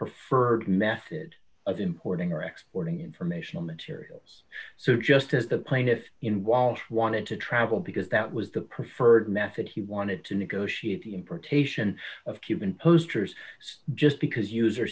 preferred method of importing or exploiting informational materials so just as the plaintiffs in walsh wanted to travel because that was the preferred method he wanted to negotiate the importation of cuban posters just because user